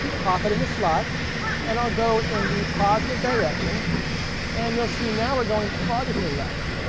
pop it in the slot and i'll go in the positive direction and you'll see now we're going farther to the left.